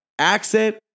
Accent